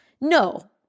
No